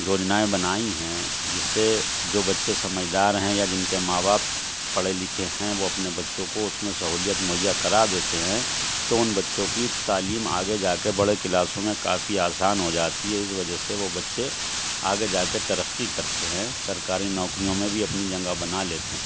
یوجنائیں بنائی ہیں جس سے جو بچے سمجھ دار ہیں یا جن کے ماں باپ پڑھے لکھے ہیں وہ اپنے بچوں کو اس میں سہولیت مہیا کرا دیتے ہیں تو ان بچوں کی تعلیم آگے جا کے بڑے کلاسوں میں کافی آسان ہو جاتی ہے اس وجہ سے وہ بچے آگے جا کے ترقی کرتے ہیں سرکاری نوکریوں میں بھی اپنی جگہ بنا لیتے ہیں